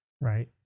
Right